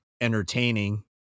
entertaining